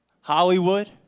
Hollywood